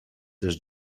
też